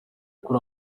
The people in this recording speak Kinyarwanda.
kuri